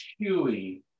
chewy